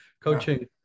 coaching